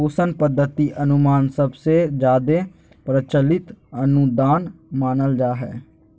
पोषण पद्धति अनुमान सबसे जादे प्रचलित अनुदान मानल जा हय